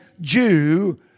Jew